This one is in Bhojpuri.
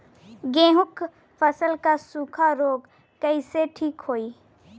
गेहूँक फसल क सूखा ऱोग कईसे ठीक होई?